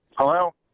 Hello